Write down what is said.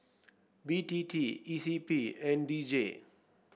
B T T E C P and D J